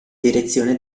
direzione